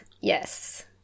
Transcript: Yes